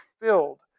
filled